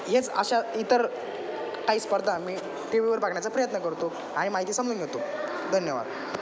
हेच अशा इतर काही स्पर्धा मी टी व्ही वर पाहण्याचा प्रयत्न करतो आणि माहिती समजून घेतो धन्यवाद